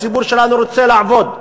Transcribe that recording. הציבור שלנו רוצה לעבוד.